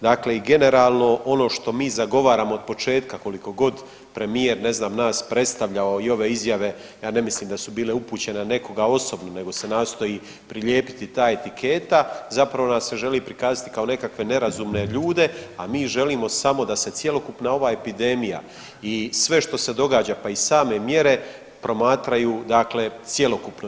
Dakle, i generalno ono što mi zagovaramo od početka koliko god premijer ne znam nas predstavljao i ove izjave ja ne mislim da su bile upućene na nekoga osobno nego se nastoji prilijepiti ta etiketa, zapravo nas se želi prikazati kao nekakve nerazumne ljude, a mi želimo samo da se cjelokupna ova epidemija i sve što se događa, pa i same mjere promatraju dakle cjelokupno.